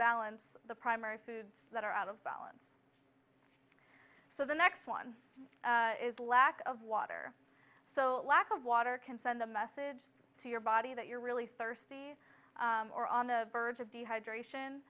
balance the primary foods that are out of balance so the next one is lack of water so lack of water can send a message to your body that you're really thirsty or on the verge of